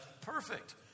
perfect